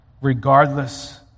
regardless